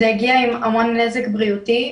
זה הגיע עם המון נזק בריאותי,